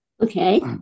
Okay